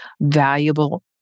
valuable